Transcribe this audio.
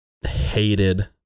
hated